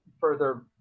further